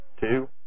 Two